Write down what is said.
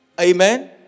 Amen